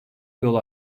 yol